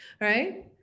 right